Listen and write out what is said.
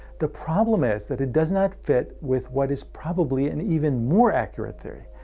the problem is that it does not fit with what is probably an even more accurate theory,